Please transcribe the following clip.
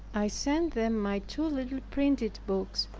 i sent them my two little printed books,